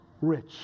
rich